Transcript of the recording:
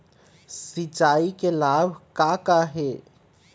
सिचाई के लाभ का का हे?